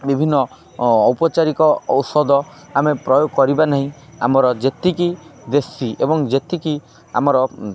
ବିଭିନ୍ନ ଔପଚାରିକ ଔଷଧ ଆମେ ପ୍ରୟୋଗ କରିବା ନାହିଁ ଆମର ଯେତିକି ଦେଶୀ ଏବଂ ଯେତିକି ଆମର